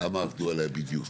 כמה עבדו עליה בדיוק.